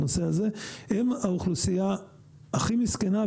הם האוכלוסייה הכי מסכנה,